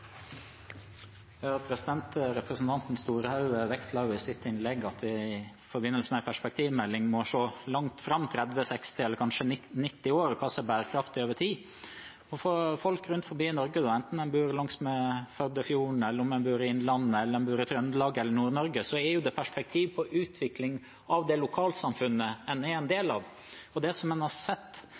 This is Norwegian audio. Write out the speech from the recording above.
Representanten Storehaug vektla i sitt innlegg at vi i forbindelse med en perspektivelding må se langt fram – 30, 60 eller kanskje 90 år – og på hva som er bærekraftig over tid. For folk rundt i Norge, enten en bor langs Førdefjorden, i Innlandet, Trøndelag eller Nord-Norge, gjelder det perspektiv på utvikling av det lokalsamfunnet en er en del av. Det en har sett